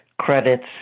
credits